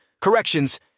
corrections